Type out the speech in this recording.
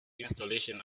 installation